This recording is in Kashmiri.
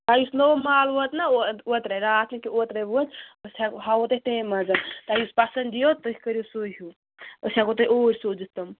تۄہہِ یُس نوٚو مال ووت نہ او اوترے راتھ نہٕ کینٛہہ اوترے ووت أسۍ ہیہ ہاوو تۄہہِ تَمہِ منٛز تۄہہِ یُس پَسنٛد یِیو تُہۍ کٔرِو سُے ہیوٗ أسۍ ہٮ۪کو تۄہہِ اوٗۍ سوٗزِتھ تِم